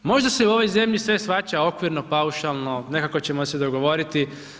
Možda se u ovoj zemlji sve shvaća okvirno, paušalno, nekako ćemo se dogovoriti.